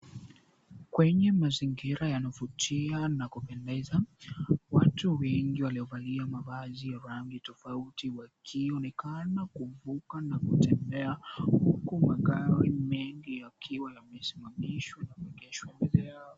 Kwenye mazingira yanavutia na kupendeza. Watu wengi waliovalia mavazi ya rangi tofauti wakioonekana kuvuka na kutembea, huku magari mengi yakiwa yamesimamishwa, na kuegeshwa mbele yao.